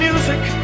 music